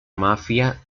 mafia